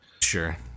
Sure